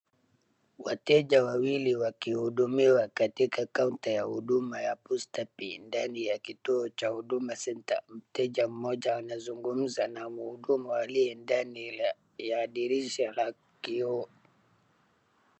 Wateja wawili wakihudumiwa katika counter ya huduma ya Posta Pay ndani ya kituo cha Huduma Center. Mteja mmoja anazungumza na mhudumu aliye ndani ya dirisha la kioo.